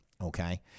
Okay